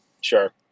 Sure